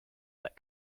that